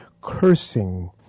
cursing